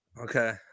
Okay